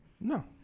no